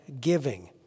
giving